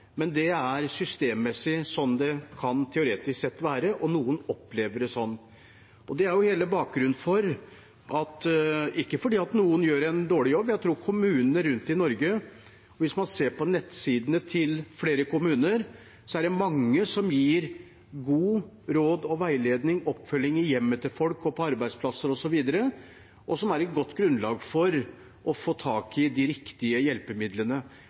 men det er systemmessig slik det teoretisk sett kan være, og noen opplever det slik. Ikke fordi noen gjør en dårlig jobb – hvis man ser på nettsidene til flere kommuner rundt om i Norge, er det mange som gir gode råd, god veiledning, oppfølging i hjemmet til folk, på arbeidsplasser, osv., noe som er et godt grunnlag for å få tak i de riktige hjelpemidlene.